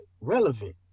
relevant